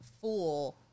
fool